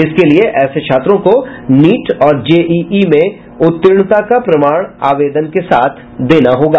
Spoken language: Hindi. इसके लिए ऐसे छात्रों को नीट और जेईई में उत्तीर्णता का प्रमाण आवेदन के साथ देना होगा